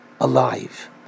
alive